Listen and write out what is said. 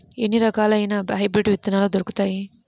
ఎన్ని రకాలయిన హైబ్రిడ్ విత్తనాలు దొరుకుతాయి?